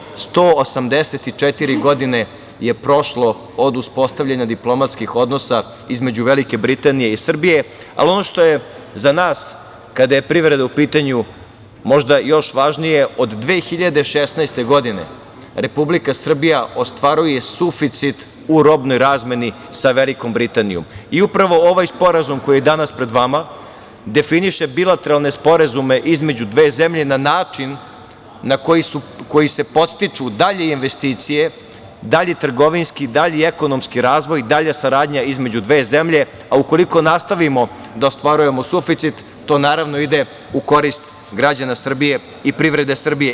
Prošlo je 184 godine od uspostavljanja diplomatskih odnosa između Velike Britanije i Srbije, ali ono što je za nas, kada je privreda u pitanju možda još važnije, od 2016. godine Republika Srbija ostvaruje suficit u robnoj razmeni sa Velikom Britanijom i upravo ovaj sporazum koji je danas pred vama definiše bilateralne sporazume između dve zemlje na način na koji se podstiču dalje investicije, dalji trgovinski i dalji ekonomski razvoj i dalja saradnja između dve zemlje, a ukoliko nastavimo da ostvarujemo suficit, to naravno ide u korist građana Srbije i privrede Srbije.